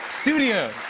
Studios